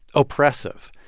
oppressive.